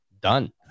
done